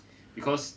because